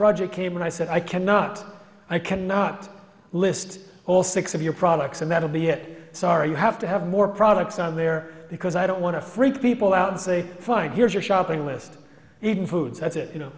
project came and i said i cannot i cannot list all six of your products and that'll be it sorry you have to have more products on there because i don't want to freak people out and say fine here's your shopping list even foods that you know